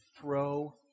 throw